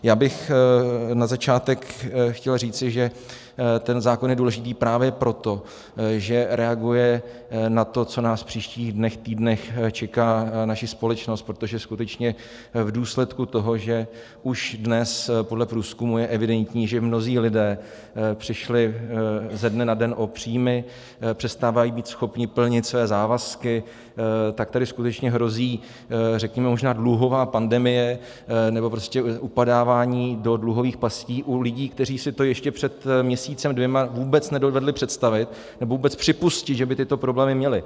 Já bych na začátek chtěl říci, že ten zákon je důležitý právě proto, že reaguje na to, co nás v příštích dnech, týdnech čeká, naši společnost, protože skutečně v důsledku toho, že už dnes podle průzkumu je evidentní, že mnozí lidé přišli ze dne na den o příjmy, přestávají být schopni plnit své závazky, tak tady skutečně hrozí, řekněme, možná dluhová pandemie, nebo prostě upadávání do dluhových pastí u lidí, kteří si to ještě před měsícem, dvěma vůbec nedovedli představit, nebo vůbec připustit, že by tyto problémy měli.